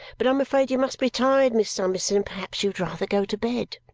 but i'm afraid you must be tired, miss summerson, and perhaps you would rather go to bed.